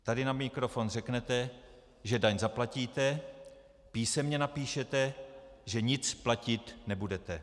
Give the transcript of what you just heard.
Tady na mikrofon řeknete, že daň zaplatíte, písemně napíšete, že nic platit nebudete.